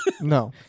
No